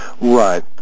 Right